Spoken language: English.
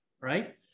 right